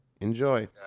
Enjoy